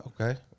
Okay